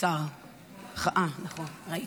אה נכון, ראיתי.